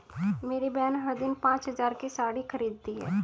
मेरी बहन हर दिन पांच हज़ार की साड़ी खरीदती है